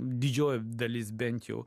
didžioji dalis bent jau